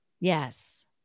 Yes